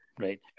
Right